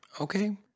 Okay